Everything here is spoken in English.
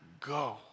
go